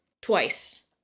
twice